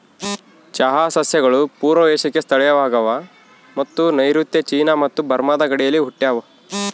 ಚಹಾ ಸಸ್ಯಗಳು ಪೂರ್ವ ಏಷ್ಯಾಕ್ಕೆ ಸ್ಥಳೀಯವಾಗವ ಮತ್ತು ನೈಋತ್ಯ ಚೀನಾ ಮತ್ತು ಬರ್ಮಾದ ಗಡಿಯಲ್ಲಿ ಹುಟ್ಟ್ಯಾವ